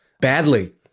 badly